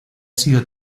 sido